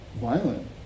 violent